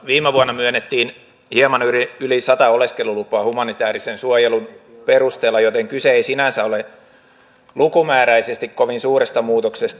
viime vuonna myönnettiin hieman yli sata oleskelulupaa humanitäärisen suojelun perusteella joten kyse ei sinänsä ole lukumääräisesti kovin suuresta muutoksesta